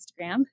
Instagram